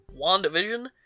WandaVision